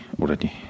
already